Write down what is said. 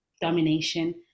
domination